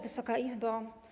Wysoka Izbo!